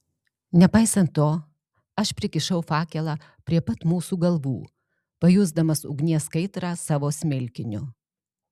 nepaisant to aš prikišau fakelą prie pat mūsų galvų pajusdamas ugnies kaitrą savo smilkiniu